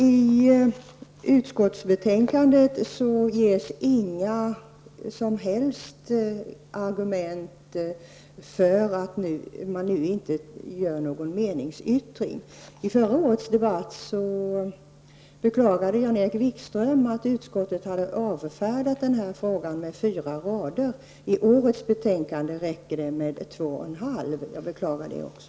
I utskottsbetänkandet ges inga som helst argument för att man nu inte gör någon meningsyttring. I förra årets debatt beklagade Jan-Erik Wikström att utskottet hade avfärdat den här frågan med fyra rader; i årets betänkande räcker det med två och en halv. Jag beklagar det också.